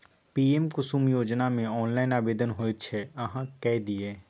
PM Kusum योजनामे online आवेदन होइत छै अहाँ कए दियौ